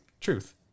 truth